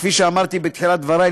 כפי שאמרתי בתחילת דברי,